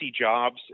jobs